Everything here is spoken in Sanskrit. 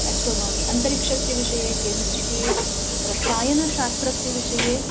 एस्ट्रोनामी अन्तरिक्षस्य विषये केमिस्ट्रि रसायनशास्त्रस्य विषये